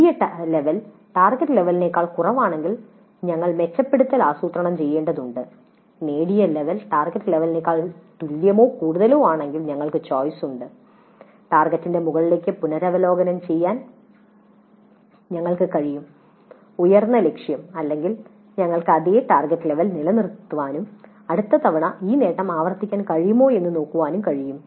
നേടിയ level target ലെവലിനേക്കാൾ കുറവാണെങ്കിൽ ഞങ്ങൾ മെച്ചപ്പെടുത്തൽ ആസൂത്രണം ചെയ്യേണ്ടതുണ്ട് നേടിയ ലെവൽ ടാർഗെറ്റ് ലെവലിനേക്കാൾ തുല്യമോ കൂടുതലോ ആണെങ്കിൽ ഞങ്ങൾക്ക് ചോയ്സ് ഉണ്ട് ടാർഗെറ്റിന്റെ മുകളിലേക്ക് പുനരവലോകനം ചെയ്യാൻ ഞങ്ങൾക്ക് കഴിയും ഉയർന്ന ലക്ഷ്യം അല്ലെങ്കിൽ ഞങ്ങൾക്ക് അതേ ടാർഗെറ്റ് ലെവൽ നിലനിർത്താനും അടുത്ത തവണയും ഈ നേട്ടം ആവർത്തിക്കാൻ കഴിയുമോ എന്ന് നോക്കാനും കഴിയും